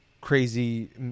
crazy